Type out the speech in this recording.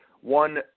one